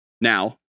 now